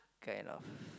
kind of